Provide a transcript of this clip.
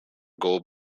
gold